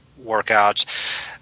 workouts